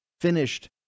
finished